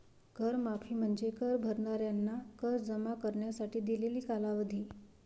कर माफी म्हणजे कर भरणाऱ्यांना कर जमा करण्यासाठी दिलेला कालावधी